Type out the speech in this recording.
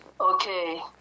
okay